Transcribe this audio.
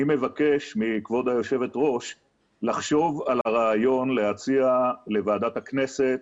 אני מבקש מכבוד היושבת ראש לחשוב על הרעיון להציע לוועדת הכנסת